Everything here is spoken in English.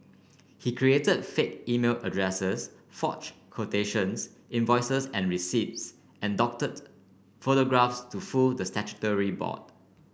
he created fake email addresses forge quotations invoices and receipts and doctored photographs to fool the statutory board